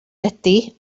ydy